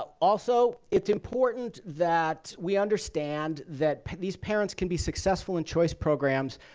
ah also, it's important that we understand that these parents can be successful in choice programs,